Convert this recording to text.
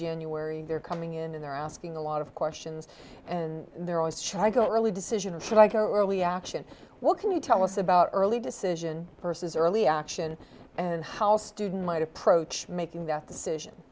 january and they're coming in and they're asking a lot of questions and they're always shy go early decision or should i go early action what can you tell us about early decision versus early action and how a student might approach making that decision